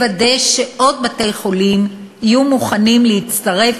לוודא שעוד בתי-חולים יהיו מוכנים להצטרף